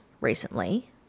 recently